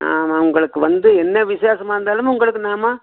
ஆமாம் உங்களுக்கு வந்து என்ன விசேஷமாக இருந்தாலும் உங்களுக்கு நாம்